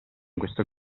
questo